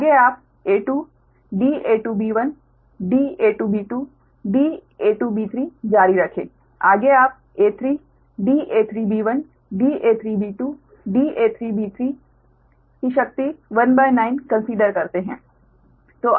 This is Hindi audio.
आगे आप a2 da2b1 da2b2 da2b3 जारी रखें आगे आप a3 da3b1 da3b2 da3b3 की शक्ति 19 कंसिडर करते हैं